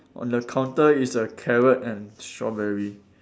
on the counter is a carrot and strawberry